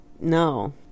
No